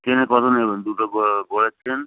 চেনে কত নেবেন দুটো গো গোড়ার চেন